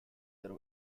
their